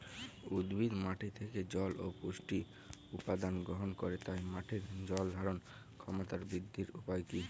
উদ্ভিদ মাটি থেকে জল ও পুষ্টি উপাদান গ্রহণ করে তাই মাটির জল ধারণ ক্ষমতার বৃদ্ধির উপায় কী?